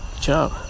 job